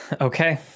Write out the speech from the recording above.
Okay